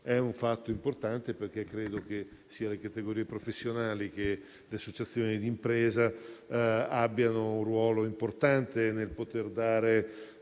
È un fatto importante, perché credo che sia le categorie professionali che le associazioni di impresa avranno un ruolo importante nel dare